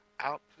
out